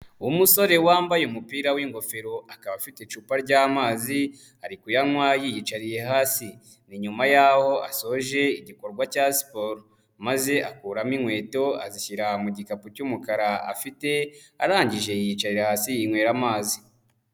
Umusore wambaye umupira w'ingofero, akaba afite icupa ry'amazi, ari kuyanywa yiyicariye hasi, ni nyuma y'aho asoje igikorwa cya siporo, maze akuramo inkweto azishyira mu gikapu cy'umukara afite, arangije yicararira hasi yinywera amazi.